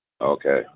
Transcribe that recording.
Okay